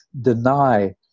deny